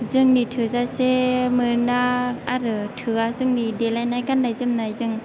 जोंनि थोजासे मोना आरो थोआ जोंनि देलायनाय गान्नाय जोमनायजों